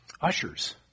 ushers